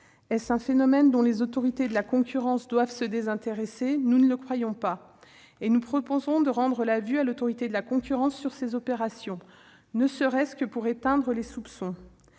Est-ce un phénomène dont les autorités de la concurrence doivent se désintéresser ? Nous ne le croyons pas, et nous proposons de rendre la vue à l'Autorité de la concurrence sur ces opérations, ne serait-ce que pour éteindre les soupçons